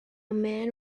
man